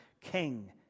king